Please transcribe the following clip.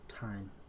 time